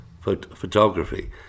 photography